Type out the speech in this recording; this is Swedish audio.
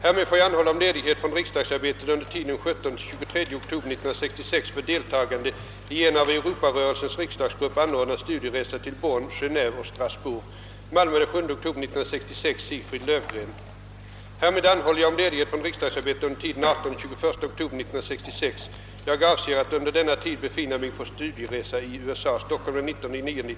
Härmed får jag anhålla om ledighet från riksdagsarbetet under tiden 17— 23 oktober för deltagande i en av Euro Härmed anhåller jag om ledighet från riksdagsarbetet under tiden den 18— 21 oktober 1966. Jag avser att under denna tid befinna mig på en studieresa i USA.